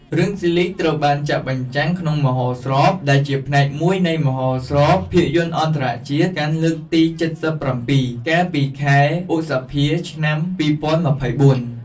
រឿង ស៊ីលីគ (Silig) ត្រូវបានចាក់បញ្ចាំងក្នុងមហោស្រព ដែលជាផ្នែកមួយនៃ មហោស្រពភាពយន្តអន្តរជាតិកាន លើកទី ៧៧ កាលពីខែឧសភា ឆ្នាំ ២០២៤។